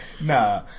Nah